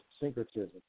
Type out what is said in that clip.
syncretism